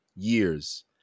Years